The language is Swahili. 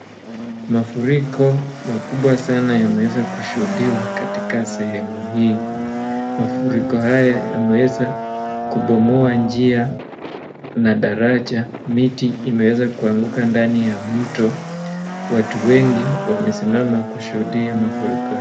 Mafuriko makubwa sana yameweza kushuhudiwa katika sehemu hii, mafuriko haya yameweza kubomoa njia na daraja, miti imeweza kuanguka ndani ya mto, watu wengi wamesimama kushuhudia mafuriko.